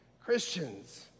Christians